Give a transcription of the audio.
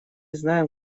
знаем